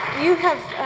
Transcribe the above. you have